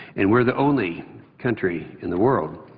and we're the only country in the world